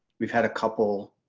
we've had a couple,